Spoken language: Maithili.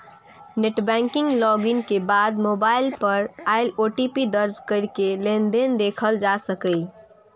नेट बैंकिंग लॉग इन के बाद मोबाइल पर आयल ओ.टी.पी दर्ज कैरके लेनदेन देखल जा सकैए